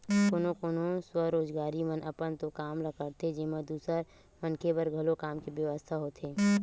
कोनो कोनो स्वरोजगारी मन अपन तो काम ल करथे जेमा दूसर मनखे बर घलो काम के बेवस्था होथे